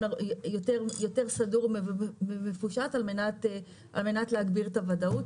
יותר סדור ומפושט על מנת להגביר את הוודאות,